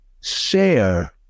share